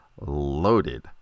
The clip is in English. loaded